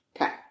Okay